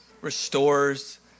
restores